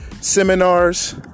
seminars